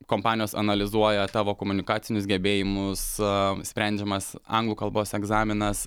kompanijos analizuoja tavo komunikacinius gebėjimus a sprendžiamas anglų kalbos egzaminas